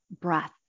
breath